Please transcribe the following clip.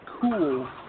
cool